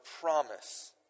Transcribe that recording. promise